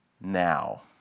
now